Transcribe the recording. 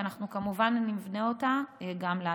ואנחנו כמובן נבנה אותה גם לעתיד.